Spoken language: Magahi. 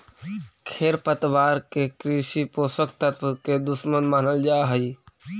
खेरपतवार के कृषि पोषक तत्व के दुश्मन मानल जा हई